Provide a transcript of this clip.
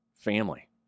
family